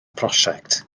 prosiect